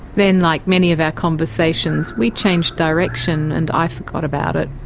then, like many of our conversations, we changed direction and i forgot about it.